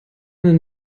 den